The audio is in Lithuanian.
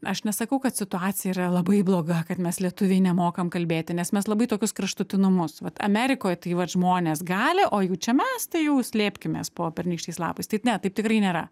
aš nesakau kad situacija yra labai bloga kad mes lietuviai nemokam kalbėti nes mes labai tokius kraštutinumus vat amerikoj tai vat žmonės gali o jau čia mes tai jau slėpkimės po pernykščiais lapais tai ne taip tikrai nėra